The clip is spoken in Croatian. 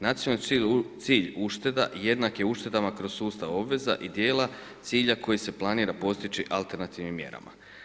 Nacionalni cilj ušteda jednak je uštedama kroz sustav obveza i dijela cilja koji se planira postići alternativnim mjerama.